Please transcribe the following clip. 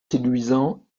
séduisant